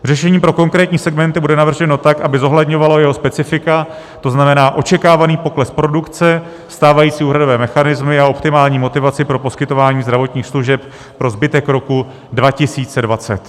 Řešení pro konkrétní segmenty bude navrženo tak, aby zohledňovalo jeho specifika, to znamená očekávaný pokles produkce, stávající úhradové mechanismy a optimální motivaci pro poskytování zdravotních služeb pro zbytek roku 2020.